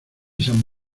san